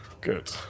good